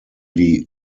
die